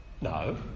No